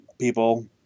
people